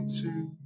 two